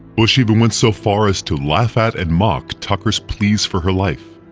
bush even went so far as to laugh at and mock tucker's pleas for her life.